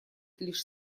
лишь